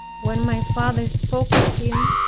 when my father spoke of him,